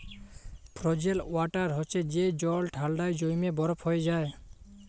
frozen water হছে যে জল ঠাল্ডায় জইমে বরফ হঁয়ে যায়